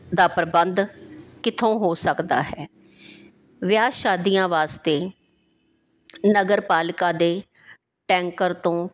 ਦਾ ਪ੍ਰਬੰਧ ਕਿੱਥੋਂ ਹੋ ਸਕਦਾ ਹੈ ਵਿਆਹ ਸ਼ਾਦੀਆਂ ਵਾਸਤੇ ਨਗਰ ਪਾਲਿਕਾ ਦੇ ਟੈਂਕਰ ਤੋਂ